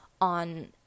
on